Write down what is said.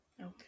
Okay